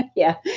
yeah.